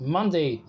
Monday